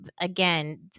again